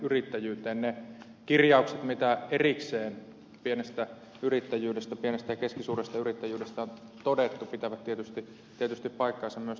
ne kirjaukset mitä erikseen pienestä ja keskisuuresta yrittäjyydestä on todettu pitävät tietysti paikkansa myös tässä yhteydessä